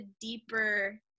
deeper